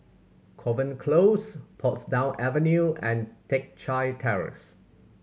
Kovan Close Portsdown Avenue and Teck Chye Terrace